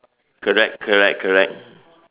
correct correct correct